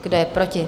Kdo je proti?